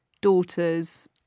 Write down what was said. daughters